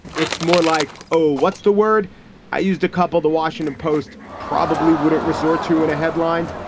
it's more like oh what's the word i used a couple the washington post probably wouldn't resort to in a headline.